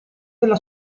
della